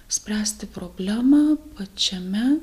spręsti problemą pačiame